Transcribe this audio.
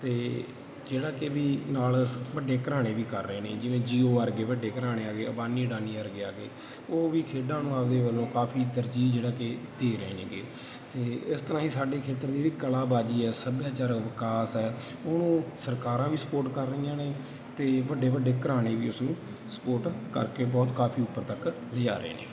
ਅਤੇ ਜਿਹੜਾ ਕਿ ਵੀ ਨਾਲ ਵੱਡੇ ਘਰਾਣੇ ਵੀ ਕਰ ਰਹੇ ਨੇ ਜਿਵੇਂ ਜੀਓ ਵਰਗੇ ਵੱਡੇ ਘਰਾਣੇ ਆ ਗਏ ਅਬਾਨੀ ਅਡਾਨੀ ਵਰਗੇ ਆ ਗਏ ਉਹ ਵੀ ਖੇਡਾਂ ਨੂੰ ਆਪਦੇ ਵੱਲੋਂ ਕਾਫੀ ਤਰਜੀਹ ਜਿਹੜਾ ਕਿ ਦੇ ਰਹੇ ਨੇ ਗੇ ਅਤੇ ਇਸ ਤਰ੍ਹਾਂ ਹੀ ਸਾਡੇ ਖੇਤਰ ਦੀ ਜਿਹੜੀ ਕਲਾਬਾਜ਼ੀ ਹੈ ਸੱਭਿਆਚਾਰ ਵਿਕਾਸ ਹੈ ਉਹਨੂੰ ਸਰਕਾਰਾਂ ਵੀ ਸਪੋਰਟ ਕਰ ਰਹੀਆਂ ਨੇ ਅਤੇ ਵੱਡੇ ਵੱਡੇ ਘਰਾਣੇ ਵੀ ਉਸ ਨੂੰ ਸਪੋਰਟ ਕਰਕੇ ਬਹੁਤ ਕਾਫੀ ਉੱਪਰ ਤੱਕ ਲਿਜਾ ਰਹੇ ਨੇ